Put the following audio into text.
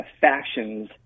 factions